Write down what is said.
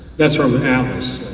that's from adams,